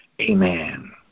amen